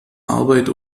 arbeit